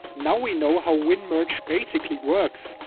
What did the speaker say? now we know how winmerge basically works,